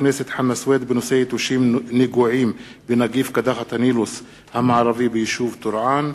יתושים נגועים בנגיף קדחת הנילוס המערבי ביישוב טורען,